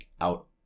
out